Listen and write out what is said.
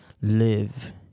live